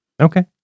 okay